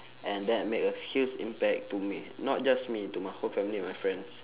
and that make a huge impact to me not just me to my whole family and my friends